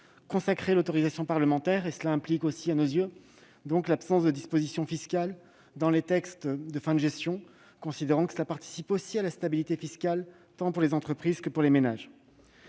ainsi l'autorisation parlementaire. Ce choix implique aussi, à nos yeux, l'absence de dispositions fiscales dans les textes de fin de gestion, qui participe aussi à la stabilité fiscale pour les entreprises comme pour les ménages.